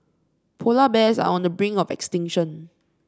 polar bears are on the brink of extinction